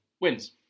wins